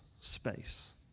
space